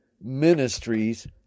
ministries